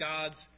God's